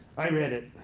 i read it.